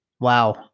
Wow